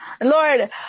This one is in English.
Lord